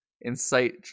incite